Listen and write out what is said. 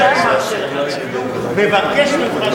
אני אפילו מבקש ממך.